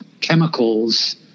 chemicals